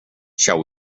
shall